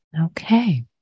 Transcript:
Okay